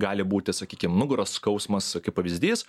gali būti sakykim nugaros skausmas kaip pavyzdys